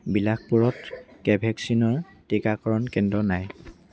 বিলাসপুৰত কোভেক্সিনৰ টিকাকৰণ কেন্দ্ৰ নাই